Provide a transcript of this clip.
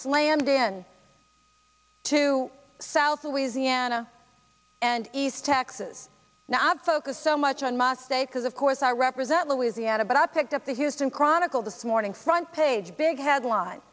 landed in to south louisiana and east texas not focus so much on my state because of course i represent louisiana but i picked up the houston chronicle this morning front page big headline